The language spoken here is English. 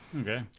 Okay